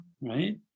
right